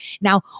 Now